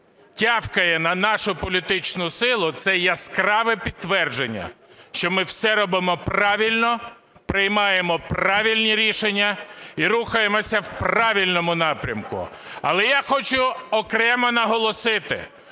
тявкає на нашу політичну силу – це яскраве підтвердження, що ми все робимо правильно, приймаємо правильні рішення і рухаємося в правильному напрямку. Але я хочу окремо наголосити,